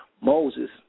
Moses